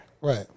Right